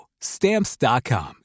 Stamps.com